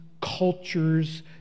cultures